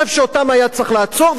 ואני חושב שאותם היה צריך לעצור,